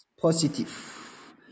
Positive